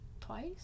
twice